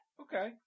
Okay